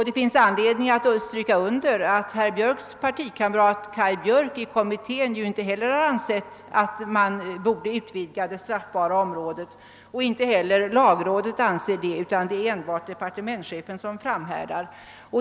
Det finns anledning att stryka under att herr Jönssons partikamrat Kaj Björk i kommittén inte heller har ansett att man borde utvidga det straffbara området. Inte heller lagrådet anser detta, utan det är enbart departementschefen som framhärdar.